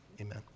amen